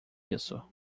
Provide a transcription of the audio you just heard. isso